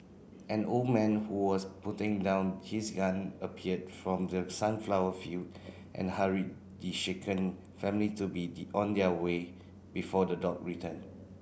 an old man who was putting down his gun appeared from the sunflower field and hurried the shaken family to be the on their way before the dog return